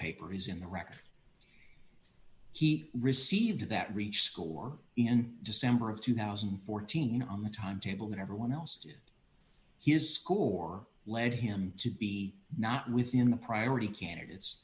paper is in the record he received that reach score in december of two thousand and fourteen on the timetable that everyone else did his score led him to be not within the priority candidates